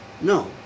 No